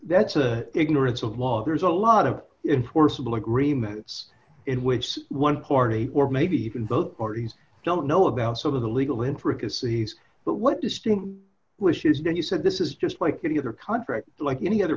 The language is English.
that's a ignorance of law there's a lot of in forcible agreements in which one party or maybe even both parties don't know about some of the legal intricacies but what distinct wish is that you said this is just like any other contract like any other